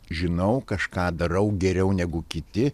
žinau kažką darau geriau negu kiti